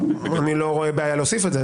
אני לא רואה בעיה להוסיף את זה.